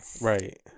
Right